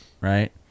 right